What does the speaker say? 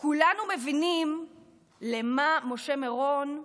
כולנו מבינים למה משה מירון,